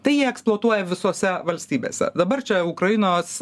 tai jie eksploatuoja visose valstybėse dabar čia ukrainos